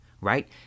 Right